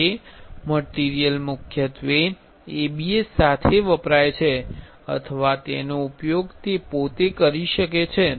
તે મટીરિયલ મુખ્યત્વે ABS સાથે વપરાય છે અથવા તેનો ઉપયોગ તે પોતે કરી શકે છે